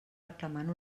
reclamant